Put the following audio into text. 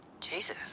Jesus